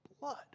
blood